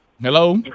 Hello